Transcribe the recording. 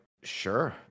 sure